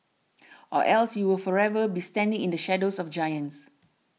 or else you will forever be standing in the shadows of giants